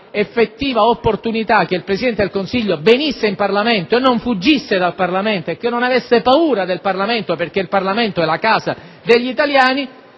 effettiva opportunità che il Presidente del Consiglio venisse in Parlamento e non lo fuggisse, che non avesse paura del Parlamento perché è la casa degli italiani,